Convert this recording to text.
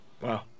Wow